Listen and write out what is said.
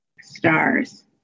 stars